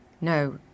No